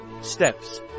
steps